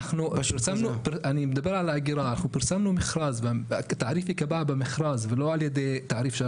אנחנו עושים מכרזים שהם יחסית לא